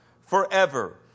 forever